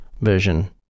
version